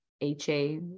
HA